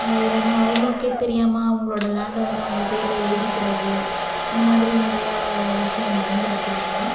இல்லைனா அவங்களுக்கே தெரியாமல் அவுங்களோட லேண்டை வந்து அவங்க பேரில் எழுதிக்கிறது இந்த மாதிரி நிறைய விஷயம் நடந்திருக்கு இங்கே